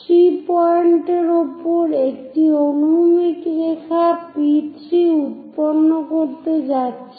3 পয়েন্টের উপর একটি অনুভূমিক রেখা P3 উৎপন্ন করতে যাচ্ছি